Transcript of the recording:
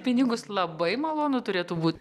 pinigus labai malonu turėtų būt